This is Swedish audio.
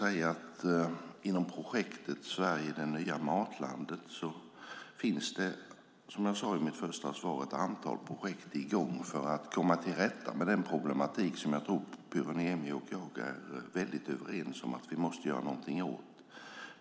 Inom projektet Sverige - det nya matlandet finns det, som jag sade i svaret, ett antal projekt i gång för att komma till rätta med den problematik som jag tror att Pyry Niemi och jag är helt överens om att vi måste göra något åt.